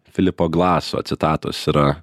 filipo glaso citatos yra